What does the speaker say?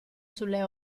sulle